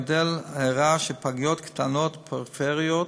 המודל הראה שפגיות קטנות ופריפריות,